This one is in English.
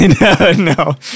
No